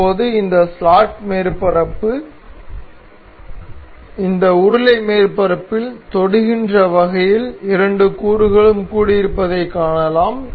இப்போது இந்த ஸ்லாட் மேற்பரப்பு இந்த உருளை மேற்பரப்பில் தொடுகின்ற வகையில் இரண்டு கூறுகளும் கூடியிருப்பதைக் காணலாம்